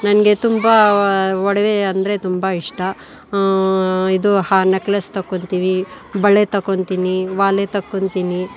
ನನಗೆ ತುಂಬ ಒಡವೆ ಅಂದರೆ ತುಂಬ ಇಷ್ಟ ಇದು ಹ ನೆಕ್ಲೆಸ್ ತೊಗೋತೀವಿ ಬಳೆ ತೊಗೋತೀನಿ ವಾಲೆ ತೊಗೋತೀನಿ